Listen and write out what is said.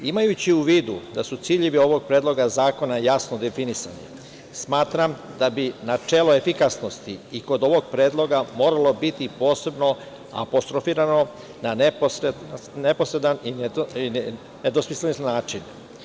Imajući u vidu da su ciljevi ovog predloga zakona jasno definisani, smatram da bi načelo efikasnosti i kod ovog predloga moralo biti posebno apostrofirano na neposredan i nedvosmislen način.